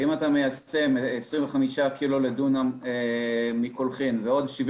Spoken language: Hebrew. אם אתה מיישם 25 קילו לדונם מקולחין ועוד 75